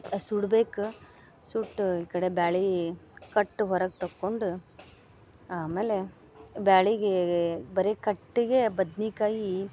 ಸುಡ್ಬೇಕು ಸುಟ್ಟ ಈ ಕಡೆ ಬ್ಯಾಳಿ ಕಟ್ಟ ಹೊರಗೆ ತಕ್ಕೊಂಡು ಆಮೇಲೆ ಬ್ಯಾಳಿಗಿ ಬರೀ ಕಟ್ಟಿಗೆ ಬದ್ನಿಕಾಯಿ